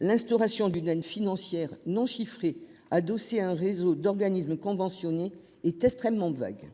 L'instauration d'une aide financière non chiffrée à dossier un réseau d'organismes conventionnés est extrêmement vague.